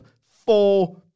four